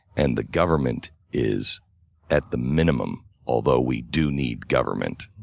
and the government is at the minimum, although we do need government.